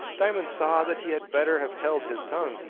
diamond saw that he had better have held his tongue,